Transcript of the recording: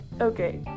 Okay